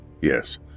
yes